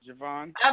Javon